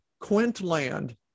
Quintland